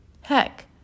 Heck